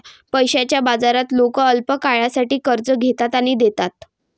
पैशाच्या बाजारात लोक अल्पकाळासाठी कर्ज घेतात आणि देतात